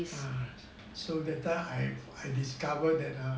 ah so that the I I discovered that ah